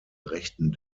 rechten